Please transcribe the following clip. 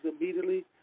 immediately